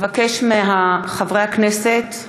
אבקש מחברי הכנסת,